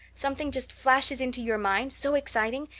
something just flashes into your mind, so exciting,